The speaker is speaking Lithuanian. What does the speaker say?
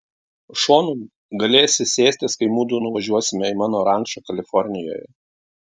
šonu galėsi sėstis kai mudu nuvažiuosime į mano rančą kalifornijoje